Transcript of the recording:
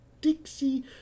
Dixie